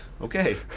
okay